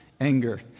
anger